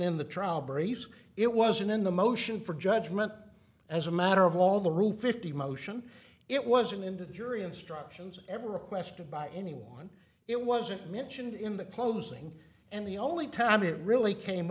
in the trial briefs it wasn't in the motion for judgment as a matter of all the rule fifty motion it wasn't into the jury instructions ever requested by anyone it wasn't mentioned in the closing and the only time it really came